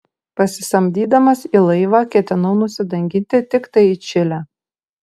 pasisamdydamas į laivą ketinau nusidanginti tiktai į čilę